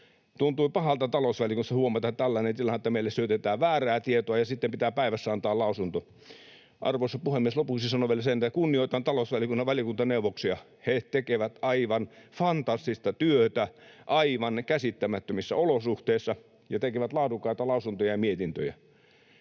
Tuntui pahalta talousvaliokunnassa huomata tällainen tilanne, että meille syötetään väärää tietoa ja sitten pitää päivässä antaa lausunto. Arvoisa puhemies! Lopuksi sanon vielä sen, että kunnioitan talousvaliokunnan valiokuntaneuvoksia. He tekevät aivan fantastista työtä aivan käsittämättömissä olosuhteissa ja tekevät laadukkaita lausuntoja ja mietintöjä.